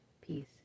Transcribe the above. peace